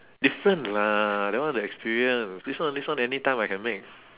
different lah that one the experience this one this one anytime I can make